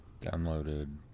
Downloaded